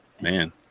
Man